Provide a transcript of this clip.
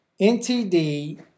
NTD